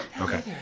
Okay